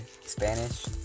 Spanish